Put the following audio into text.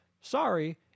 Sorry